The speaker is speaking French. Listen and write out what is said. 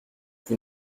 vous